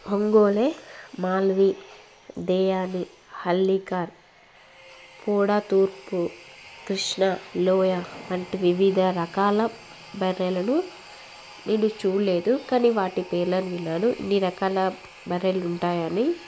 హొంగోలే మాల్వి దేయాన్ని హల్లికర్ పోడా తూర్పు కృష్ణ లోయ అంటి వివిధ రకాల బర్రెలను నేను చూడలేదు కానీ వాటి పేర్లను విన్నాను ఇన్ని రకాల బర్రెలు ఉంటాయని